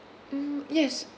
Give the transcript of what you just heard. mm yes